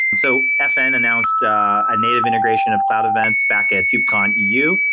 so fn announced a native integration of cloud events back at kubecon eu.